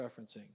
referencing